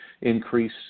increase